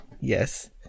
yes